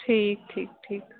ठीकु ठीकु ठीकु